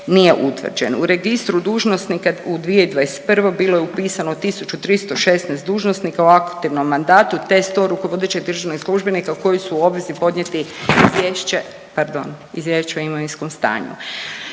U registru dužnosnika u 2021. bilo je upisano 1.316 dužnosnika u aktivnom mandatu, te 100 rukovodećih državnih službenika koji su u obvezi podnijeti izvješće, pardon,